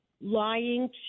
lying